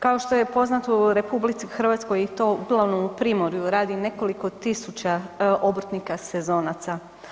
Kao što je poznato u RH i to uglavnom u Primorju, radi nekoliko tisuća obrtnika sezonaca.